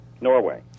Norway